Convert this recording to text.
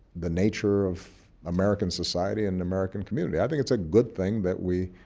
the nature of american society and american community. i think it's a good thing that we